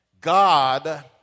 God